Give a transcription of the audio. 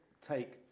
take